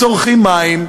צורכים מים,